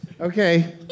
Okay